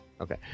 Okay